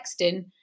texting